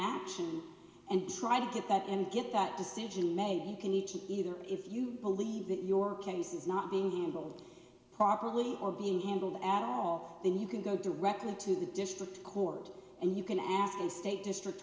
action and try to get that and get that decision made can each either if you believe that your case is not being handled properly or being handled at all then you can go directly to the district court and you can ask the state district